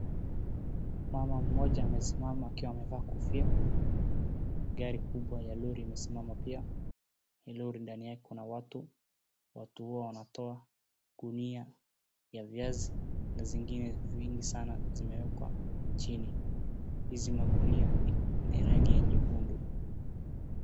Mama mmoja amesimama akiwa amevaa kofia, gari kubwa ya lori imesimama pia, lori ndani yake kuna watu, watu hao wanatoka gunia ya viazi na zingine nyingi sana zimewekwa chini. Hizi magunia ni rangi nyekundu.